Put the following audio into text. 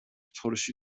ترشی